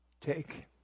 Take